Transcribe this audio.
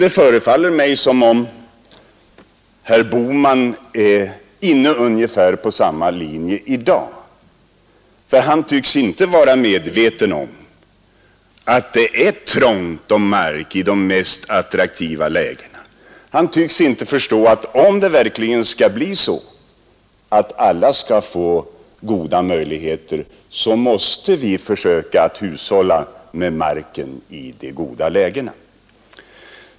Det förefaller mig som om herr Bohman är inne på ungefär samma linje i dag. Han tycks inte vara medveten om att det är trångt om marken i de mest attraktiva lägena. Han tycks inte förstå att om det verkligen skall bli så att alla får goda möjligheter, måste vi försöka hushålla med marken i de goda lägena.